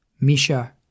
Misha